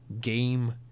game